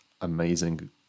amazing